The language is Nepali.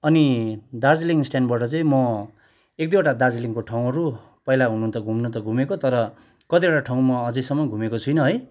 अनि दार्जिलिङ स्ट्यान्डबाट चाहिँ म एक दुईवटा दार्जिलिङको ठाउँहरू पहिला हुन त घुम्नु त घुमेको तर कतिवटा ठाउँ म अझैसम्म घुमेको छुइनँ है